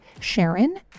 SHARON